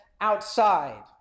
outside